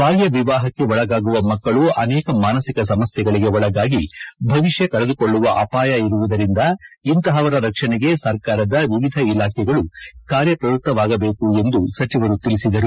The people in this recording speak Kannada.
ಬಾಲ್ಯ ವಿವಾಹಕ್ಕೆ ಒಳಗಾಗುವ ಮಕ್ಕಳು ಅನೇಕ ಮಾನಸಿಕ ಸಮಸ್ಕೆಗಳಿಗೆ ಒಳಗಾಗಿ ಭವಿಷ್ಯ ಕಳೆದುಕೊಳ್ಳುವ ಅಪಾಯ ಇರುವುದರಿಂದ ಇಂತಹವರ ರಕ್ಷಣೆಗೆ ಸರ್ಕಾರದ ವಿವಿಧ ಇಲಾಖೆಗಳು ಕಾರ್ಯಪ್ರವೃತ್ತವಾಗಬೇಕು ಎಂದು ಸಚಿವರು ತಿಳಿಸಿದರು